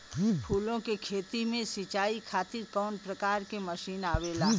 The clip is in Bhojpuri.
फूलो के खेती में सीचाई खातीर कवन प्रकार के मशीन आवेला?